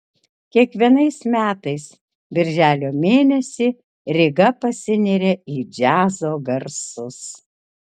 kiekvienais metais birželio mėnesį ryga pasineria į džiazo garsus